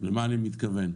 למה אני מתכוון?